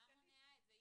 מה מונע את זה?